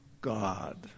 God